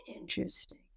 interesting